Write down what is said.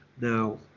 Now